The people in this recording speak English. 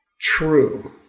true